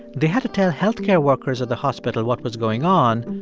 they had to tell health care workers at the hospital what was going on,